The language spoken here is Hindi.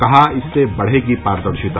कहा इससे बढ़ेगी पारदर्शिता